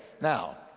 Now